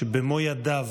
שבמו ידיו